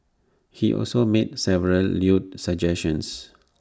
he also made several lewd suggestions